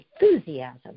enthusiasm